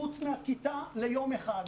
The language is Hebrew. חוץ מהכיתה ליום אחד,